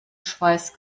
schweiß